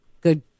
good